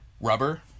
Rubber